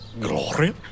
Glory